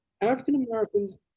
African-Americans